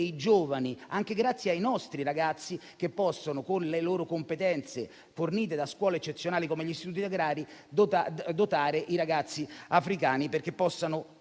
giovani, anche grazie ai nostri ragazzi che possono, con le loro competenze fornite da scuole eccezionali come gli istituti agrari, dotare i ragazzi africani, perché possano